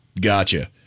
Gotcha